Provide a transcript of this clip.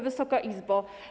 Wysoka Izbo!